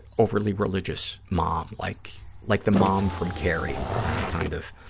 overly religious mom, like like the mom from carrie kind of.